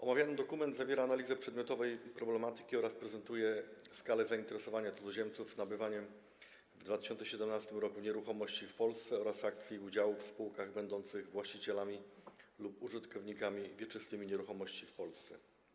Omawiany dokument zawiera analizę przedmiotowej problematyki oraz prezentuje skalę zainteresowania cudzoziemców nabywaniem w 2017 r. nieruchomości w Polsce oraz akcji i udziałów w spółkach będących właścicielami lub użytkownikami wieczystymi nieruchomości w Polsce.